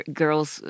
girl's